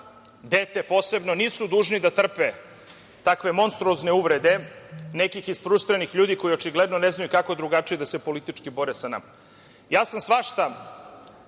dete posebno, nisu dužni da trpe takve monstruozne uvrede nekih isfrustiranih ljudi, koji očigledno ne znaju kako drugačije da se politički bore sa nama. Svašta